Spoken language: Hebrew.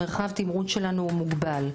מרחב התמרון שלנו הוא מוגבל.